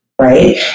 right